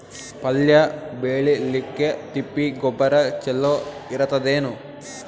ಪಲ್ಯ ಬೇಳಿಲಿಕ್ಕೆ ತಿಪ್ಪಿ ಗೊಬ್ಬರ ಚಲೋ ಇರತದೇನು?